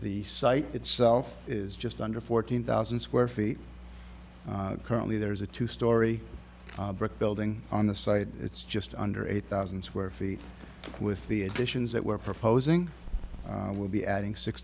the site itself is just under fourteen thousand square feet currently there is a two story brick building on the site it's just under eight thousand square feet with the additions that we're proposing will be adding six